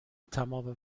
تمام